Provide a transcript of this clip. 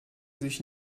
sich